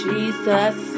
Jesus